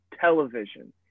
television